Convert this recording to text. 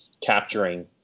capturing